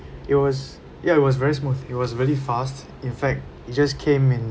it was ya it was very smooth it was really fast in fact it just came in